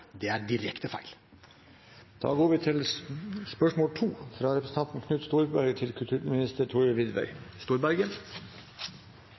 det er direkte feil. Da går vi til spørsmål 2. «Tidligere riksarkivar Ivar Fonnes uttrykker til